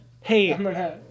Hey